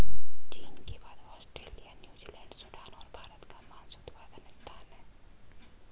चीन के बाद ऑस्ट्रेलिया, न्यूजीलैंड, सूडान और भारत का मांस उत्पादन स्थान है